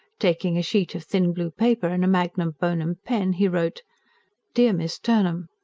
taking a sheet of thin blue paper and a magnum bonum pen he wrote dear miss turnham,